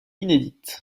inédites